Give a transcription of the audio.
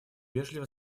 вежливо